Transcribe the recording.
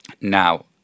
Now